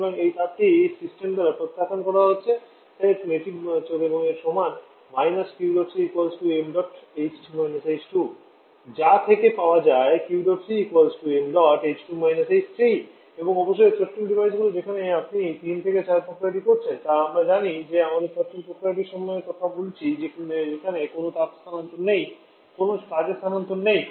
সুতরাং এই তাপটি সিস্টেম দ্বারা প্রত্যাখ্যান করা হচ্ছে তাই এটি নেতিবাচক এবং সমান যা থেকে পাওয়া যায়ঃ এবং অবশেষে থ্রোটলিং ডিভাইস যেখানে আপনি 3 থেকে 4 প্রক্রিয়া করছেন তা আমরা জানি যে আমরা থ্রোটলিং প্রক্রিয়াটির সময় কথা বলছি সেখানে কোনও তাপ স্থানান্তর নেই কোনও কাজের স্থানান্তর নেই